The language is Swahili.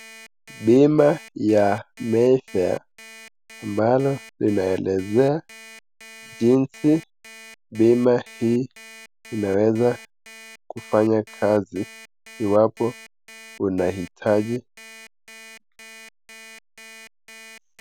Bima ya Mayfair ambalo linaelezea jinsi bima hii inaweza kufanya kazi iwapo unahitaji.